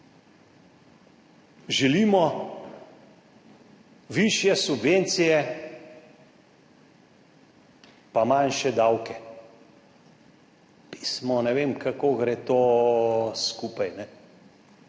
Želimo višje subvencije pa manjše davke. Pismo, ne vem, kako gre to skupaj,